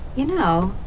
you know,